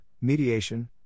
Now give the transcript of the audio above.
mediation